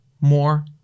more